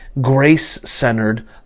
grace-centered